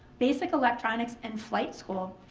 basic electronics, and flight school.